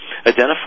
identify